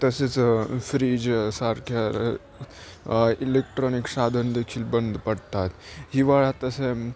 तसेच फ्रीजसारख्या इलेक्ट्रॉनिक साधन देखील बंद पडतात हिवाळ्यात तसे